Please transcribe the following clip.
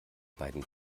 beiden